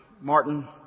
Martin